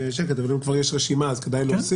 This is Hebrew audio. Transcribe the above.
בשקט, אבל אם יש כבר רשימה, כדאי להוסיף.